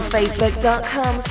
Facebook.com